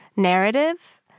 narrative